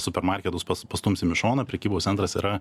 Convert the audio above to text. supermarketus pas pastumsim į šoną prekybos centras yra